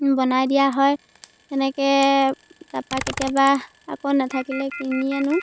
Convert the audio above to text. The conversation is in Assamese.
বনাই দিয়া হয় সেনেকে তাপা কেতিয়াবা আকৌ নাথাকিলে কিনি আনো